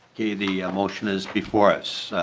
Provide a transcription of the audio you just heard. the the motion is before us.